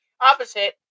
opposite